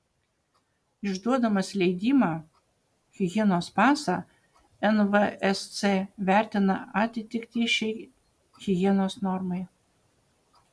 išduodamas leidimą higienos pasą nvsc vertina atitiktį šiai higienos normai